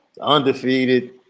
Undefeated